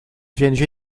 viennent